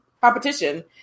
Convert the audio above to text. competition